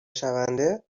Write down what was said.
شونده